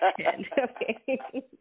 Okay